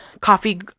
coffee